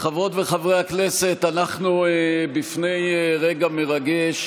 חברות וחברי הכנסת, אנחנו בפני רגע מרגש